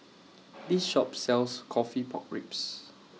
This Shop sells Coffee Pork Ribs